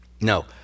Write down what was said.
No